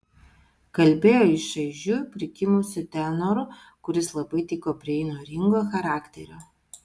kalbėjo jis šaižiu prikimusiu tenoru kuris labai tiko prie įnoringo charakterio